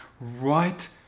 right